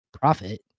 Profit